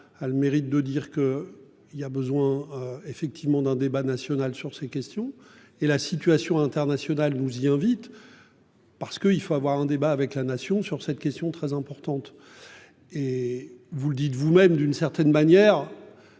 a le mérite de dire que il y a besoin effectivement d'un débat national sur ces questions et la situation internationale, nous y invite. Parce qu'il faut avoir un débat avec la nation sur cette question très importante. Et vous le dites vous-même d'une certaine manière.